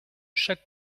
chaque